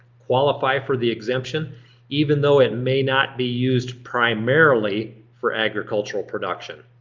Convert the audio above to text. qualify for the exemption even though it may not be used primarily for agricultural production.